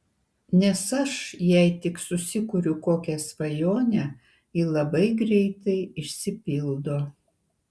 nes aš jei tik susikuriu kokią svajonę ji labai greitai išsipildo